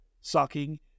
sucking